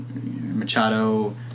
Machado